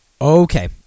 okay